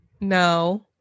No